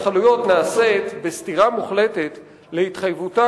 אני אומר: הבנייה בהתנחלויות נעשית בסתירה מוחלטת להתחייבותה